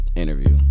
interview